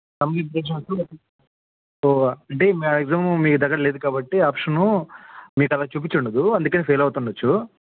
thumb impression వచ్చి so అంటే maximum మీ దగ్గర్ లేదు కాబట్టి ఆప్షన్ మీకు అలా చూపించి ఉండదు అందుకని ఫెయిల్ అవుతుండవచ్చు